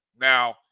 now